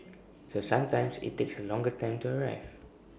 so sometimes IT takes A longer time to arrive